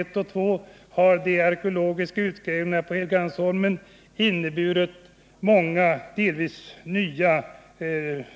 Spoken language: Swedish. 1 och 2, har de arkeologiska utgrävningarna på Helgeandsholmen gett till resultat att man funnit många intressanta lämningar,